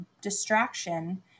Distraction